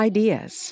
Ideas